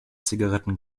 zigaretten